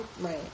Right